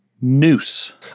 Noose